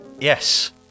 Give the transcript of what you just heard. Yes